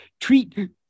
treat